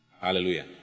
Hallelujah